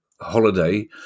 holiday